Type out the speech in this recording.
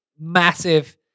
massive